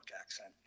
accent